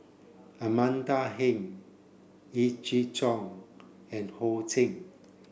Amanda Heng Yee Jenn Jong and Ho Ching